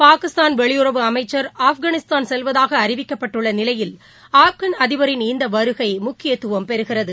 பாகிஸ்தான் வெளியுறவு அமைச்சா் ஆப்கானிஸ்தான் செல்வதாகஅறிவிக்கப்பட்டுள்ளநிலையில் ஆப்கான் அதிபரின் இந்தவருகைமுக்கியத்துவம் பெறுகிறது